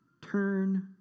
turn